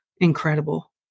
incredible